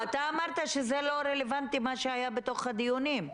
אתה אמרת שזה לא רלבנטי מה שהיה בתוך הדיונים.